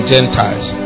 Gentiles